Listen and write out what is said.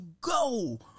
go